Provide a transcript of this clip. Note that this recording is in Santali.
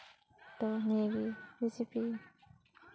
ᱛᱳ ᱱᱤᱭᱟᱹᱜᱮ ᱨᱮᱥᱤᱯᱤ